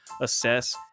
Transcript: assess